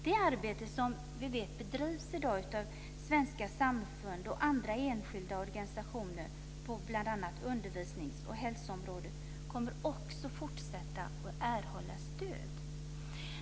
Det arbete som vi vet bedrivs i dag av svenska samfund och andra enskilda organisationer på bl.a. undervisnings och hälsoområdet kommer också att fortsätta och erhålla stöd.